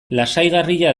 lasaigarria